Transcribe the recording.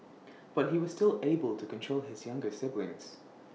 but he was still able to control his younger siblings